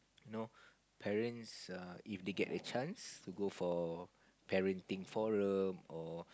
you know parents err if they get a chance to go for parenting forum or